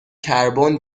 کربن